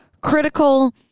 critical